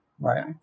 Right